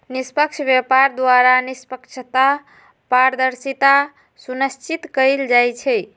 निष्पक्ष व्यापार द्वारा निष्पक्षता, पारदर्शिता सुनिश्चित कएल जाइ छइ